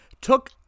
took